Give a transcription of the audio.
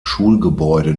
schulgebäude